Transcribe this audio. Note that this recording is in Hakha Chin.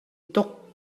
tuk